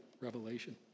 revelation